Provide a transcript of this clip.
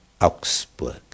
Augsburg